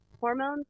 Hormones